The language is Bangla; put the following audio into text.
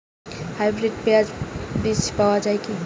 হাইব্রিড পেঁপের বীজ কি পাওয়া যায়?